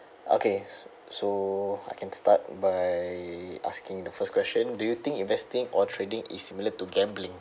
okay so I can start by asking the first question do you think investing or trading is similar to gambling